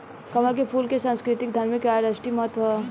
कमल के फूल के संस्कृतिक, धार्मिक आ राष्ट्रीय महत्व ह